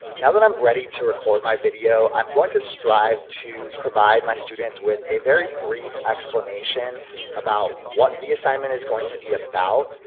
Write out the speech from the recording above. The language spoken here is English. now that i'm ready to record my video, i'm going to strive to provide my students with a very brief explanation about what the assignment is going to be about,